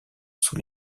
sous